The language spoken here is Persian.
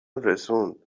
رسوند